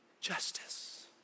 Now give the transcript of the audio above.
justice